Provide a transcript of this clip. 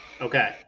Okay